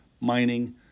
mining